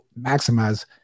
maximize